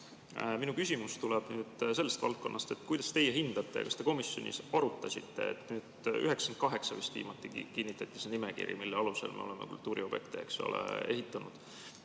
Minu küsimus tuleb sellest valdkonnast, et kuidas teie hindate ja kas te komisjonis arutasite, et vist 1998 viimati kinnitati see nimekiri, mille alusel me oleme tähtsaid kultuuriobjekte ehitanud.